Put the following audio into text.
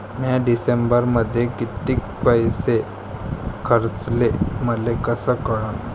म्या डिसेंबरमध्ये कितीक पैसे खर्चले मले कस कळन?